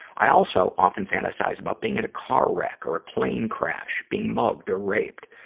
i also often fantasize about being in a car wreck or a plane crash, being mugged or raped.